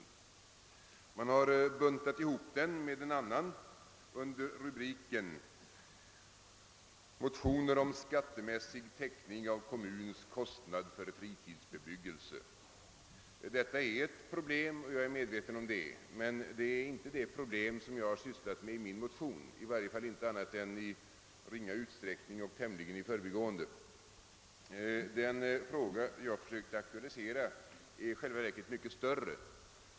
Utskottet har buntat ihop den med en annan motion under rubriken »motioner om skattemässig täckning av kommuns kostnad för fritidsbebyggelse». Jag är medveten om att detta också är ett problem, men det är inte det problemet jag har tagit upp i min motion, i varje fall inte annat än i ringa utsträckning och i förbigående. Den fråga jag aktualiserat är en helt annan och i själva verket mycket större.